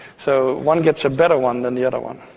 so one gets a better one than the other one.